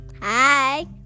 hi